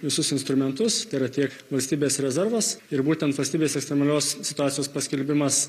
visus instrumentus tėra tiek valstybės rezervas ir būtent valstybės ekstremalios situacijos paskelbimas